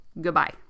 goodbye